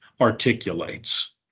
articulates